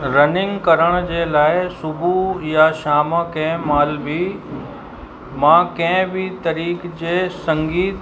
running करण जे लाइ सुबुह या शाम कंहिं महिल बि मां कंहिं बि तरीक़े जे संगीत